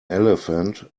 elephant